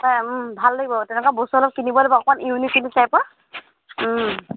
হয় ভাল লাগিব তেনেকুৱা বস্তু অলপ কিনিব লাগিব অকণ ইউনিক ইউনিক টাইপৰ